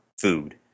food